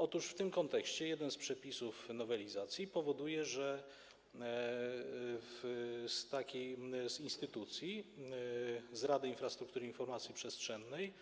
Otóż w tym kontekście jeden z przepisów nowelizacji powoduje, że z tej instytucji, z Rady Infrastruktury Informacji Przestrzennej